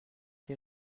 été